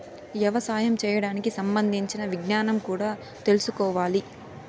యవసాయం చేయడానికి సంబంధించిన విజ్ఞానం కూడా తెల్సుకోవాలి